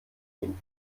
den